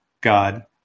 god